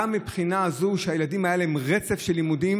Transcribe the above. גם מהבחינה הזאת שלילדים היה רצף של לימודים